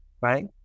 right